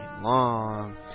long